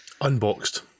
Unboxed